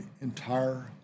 entire